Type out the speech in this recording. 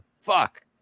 Fuck